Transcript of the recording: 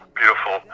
beautiful